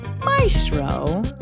Maestro